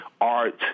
art